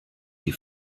die